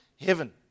heaven